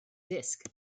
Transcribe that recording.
disc